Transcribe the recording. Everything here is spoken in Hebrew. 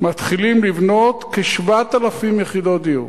מתחילים לבנות כ-7,000 יחידות דיור.